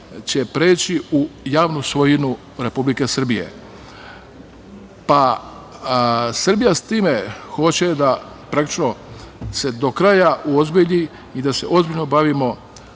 će preći u javnu svojinu Republike Srbije. Srbija s time hoće da praktično se do kraja uozbilji i da se ozbiljno bavimo